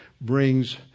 brings